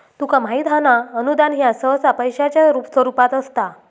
तुका माहित हां ना, अनुदान ह्या सहसा पैशाच्या स्वरूपात असता